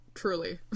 truly